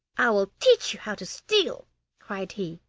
i will teach you how to steal cried he,